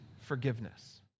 forgiveness